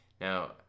Now